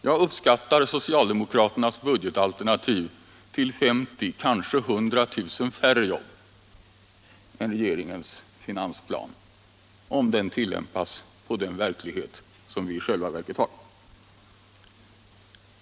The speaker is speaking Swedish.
Jag uppskattar att socialdemokraternas budgetalternativ innebär 50 000, kanske 100 000, färre jobb än regeringens finansplan om den tillämpas på den verklighet som vi i själva verket har.